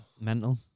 mental